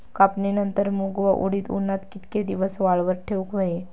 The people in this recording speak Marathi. कापणीनंतर मूग व उडीद उन्हात कितके दिवस वाळवत ठेवूक व्हये?